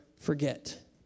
forget